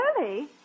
early